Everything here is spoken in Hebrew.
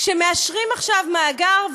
כשמאשרים עכשיו מאגר,